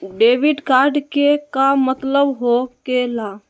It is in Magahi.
डेबिट कार्ड के का मतलब होकेला?